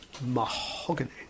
Mahogany